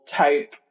type